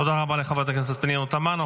תודה רבה לחברת הכנסת פנינו תמנו.